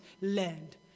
land